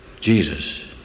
Jesus